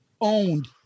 owned